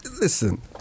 Listen